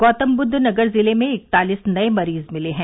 गौतमबुद्वनगर जिले में इकतालीस नए मरीज मिले हैं